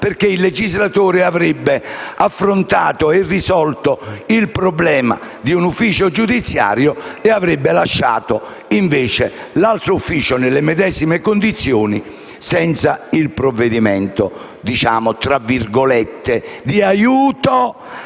perché il legislatore avrebbe affrontato e risolto il problema di un ufficio giudiziario e avrebbe lasciato invece l'altro ufficio nelle medesime condizioni senza il provvedimento "di aiuto" a smaltire il carico